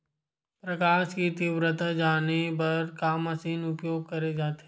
प्रकाश कि तीव्रता जाने बर का मशीन उपयोग करे जाथे?